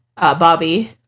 Bobby